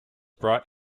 brought